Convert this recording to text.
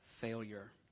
failure